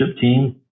team